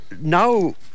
now